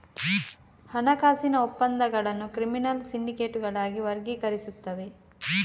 ಹಣಕಾಸಿನ ಒಪ್ಪಂದಗಳನ್ನು ಕ್ರಿಮಿನಲ್ ಸಿಂಡಿಕೇಟುಗಳಾಗಿ ವರ್ಗೀಕರಿಸುತ್ತವೆ